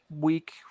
week